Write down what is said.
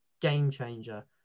game-changer